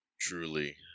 truly